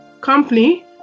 company